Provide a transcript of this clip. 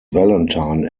valentine